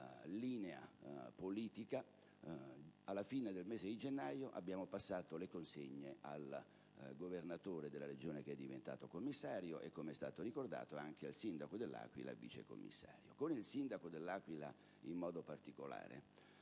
linea politica, alla fine del mese di gennaio abbiamo passato le consegne al Presidente della Regione, che è diventato commissario e - come è stato ricordato - anche al sindaco dell'Aquila e al vice commissario. Con il sindaco dell'Aquila in modo particolare,